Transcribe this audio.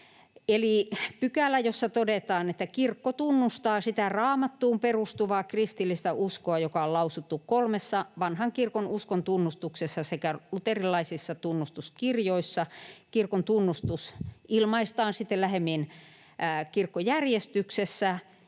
eli pykälä, jossa todetaan, että ”kirkko tunnustaa sitä Raamattuun perustuvaa kristillistä uskoa, joka on lausuttu kolmessa vanhan kirkon uskontunnustuksessa sekä luterilaisissa tunnustuskirjoissa”. Kirkon tunnustus ilmaistaan sitten lähemmin kirkkojärjestyksessä,